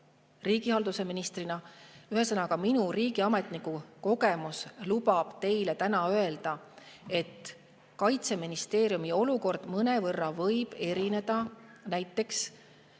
riigihalduse ministrina – ühesõnaga, minu riigiametniku kogemus lubab teile öelda, et Kaitseministeeriumi olukord võib mõnevõrra erineda näiteks